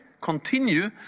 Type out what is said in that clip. continue